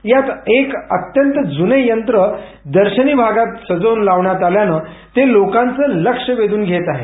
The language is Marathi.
त्यात एक अत्यंत जूने यंत्र दर्शनी भागात सजवून लावण्यात आल्यानं ते लोकाङचं लक्ष वेधून घेतं आहे